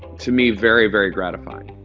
to me, very, very gratifying